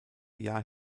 jahr